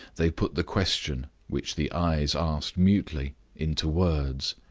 they put the question which the eyes asked mutely, into words